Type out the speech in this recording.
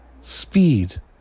speed